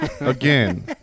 again